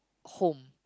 home